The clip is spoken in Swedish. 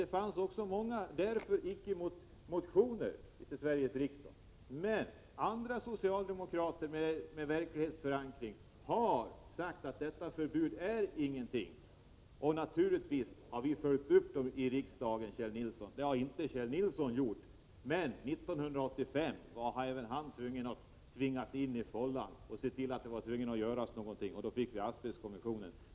Det fanns också många motioner till 55 Sveriges riksdag. Andra socialdemokrater, med verklighetsförankring, har sagt att förbudet inte betyder någonting. Naturligtvis har vi följt upp motionerna här i riksdagen, men det har inte Kjell Nilsson gjort. 1985 var emellertid även Kjell Nilsson tvungen att gå in i fållan. Man blev tvungen att se till att det gjordes någonting, och då fick vi asbestkommissionen.